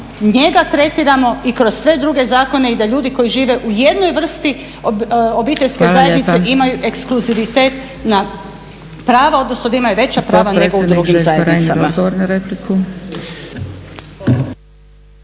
njega tretiramo i kroz sve druge zakone i da ljudi koji žive u jednoj vrsti obiteljske zajednice imaju ekskluzivitet na prava, odnosno da imaju veća prava od drugih zajednica.